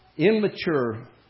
Immature